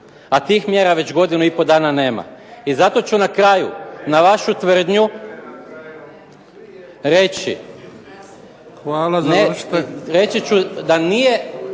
a tih mjera već godinu i pol dana nema. I zato ću na kraju, na vašu tvrdnju reći. Reći ću da nije,